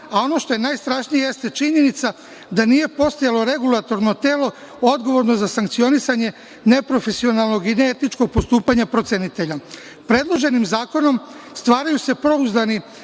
a ono što je najstrašnije, jeste činjenica da nije postojalo regulatorno telo odgovorno za sankcionisanje neprofesionalnog i neetičkog postupanja procenitelja. Predloženim zakonom stvaraju se pouzdani